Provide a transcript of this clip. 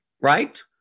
right